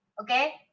okay